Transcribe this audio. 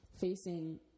facing